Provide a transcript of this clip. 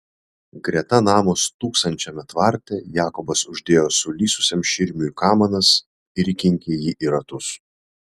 greta namo stūksančiame tvarte jakobas uždėjo sulysusiam širmiui kamanas ir įkinkė jį į ratus